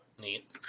neat